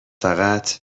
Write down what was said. فقط